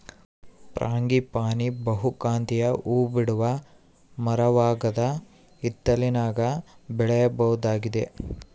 frangipani ಬಹುಕಾಂತೀಯ ಹೂಬಿಡುವ ಮರವಾಗದ ಹಿತ್ತಲಿನಾಗ ಬೆಳೆಯಬಹುದಾಗಿದೆ